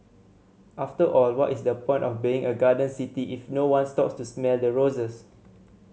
after all what is the point of being a garden city if no one stops to smell the roses